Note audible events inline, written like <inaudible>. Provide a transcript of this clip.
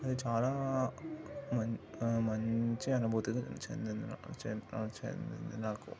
ఇది చాలా మం మంచి అనుభూతిని చెందింది <unintelligible> చెందింది నాకు